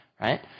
right